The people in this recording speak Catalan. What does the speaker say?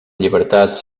llibertats